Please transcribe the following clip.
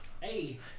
Hey